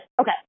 okay